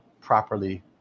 properly